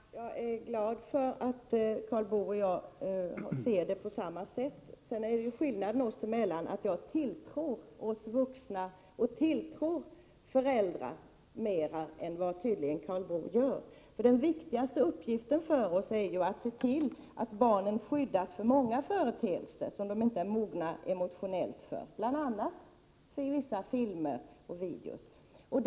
Herr talman! Jag är glad för att Karl Boo och jag ser det på samma sätt. Skillnaden oss emellan är att jag tilltror oss vuxna och tilltror föräldrarna mer ansvarskänsla än vad tydligen Karl Boo gör. Den viktigaste uppgiften för oss är att se till att barnen skyddas för många företeelser som de inte är emotionellt mogna för, bl.a. vissa filmer och videoprogram.